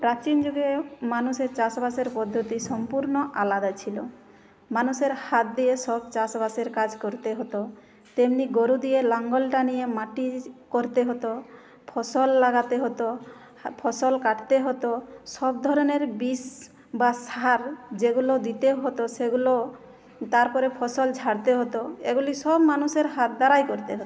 প্রাচীন যুগে মানুষের চাষবাসের পদ্ধতি সম্পূর্ণ আলাদা ছিল মানুষের হাত দিয়ে সব চাষবাসের কাজ করতে হতো তেমনি গরু দিয়ে লাঙল টানিয়ে মাটি করতে হতো ফসল লাগাতে হতো ফসল কাটতে হতো সব ধরনের বিষ বা সার যেগুলো দিতে হতো সেগুলো তারপরে ফসল ঝাড়তে হতো এগুলো সব মানুষের হাত দ্বারাই করতে হতো